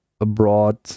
abroad